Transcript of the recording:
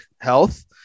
health